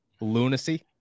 lunacy